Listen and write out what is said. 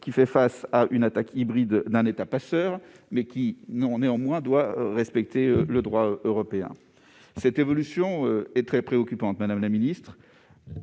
qui fait face à une attaque hybride d'un État passeur, mais qui n'en doit pas moins respecter le droit européen. Cette évolution est très préoccupante, madame la ministre.